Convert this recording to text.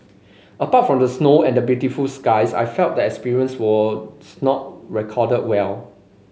apart from the snow and the beautiful skies I felt the experience was not recorded well